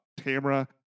Tamra